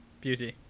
beauty